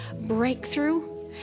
breakthrough